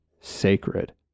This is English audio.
sacred